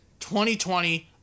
2020